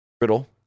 Riddle